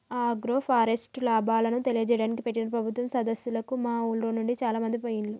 agroforest లాభాలను తెలియజేయడానికి పెట్టిన ప్రభుత్వం సదస్సులకు మా ఉర్లోనుండి చాలామంది పోయిండ్లు